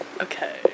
Okay